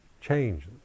change